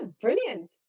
brilliant